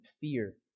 fear